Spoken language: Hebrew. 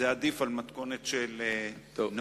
זה עדיף על מתכונת של נאום.